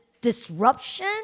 disruption